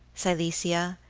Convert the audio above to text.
silesia,